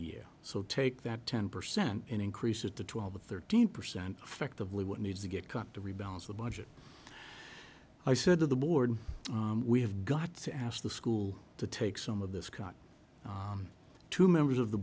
year so take that ten percent increase it to twelve thirteen percent affectively what needs to get cut to rebalance the budget i said to the board we have got to ask the school to take some of this got to members of the